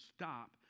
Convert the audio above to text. stop